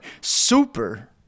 Super